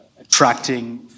attracting